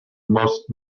most